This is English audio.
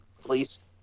Please